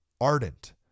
ardent